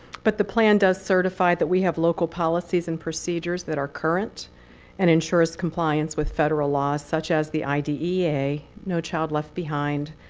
but the plan does certify that we have local policies and procedures that are current and ensures compliance with federal laws, such as the idea, no child left behind,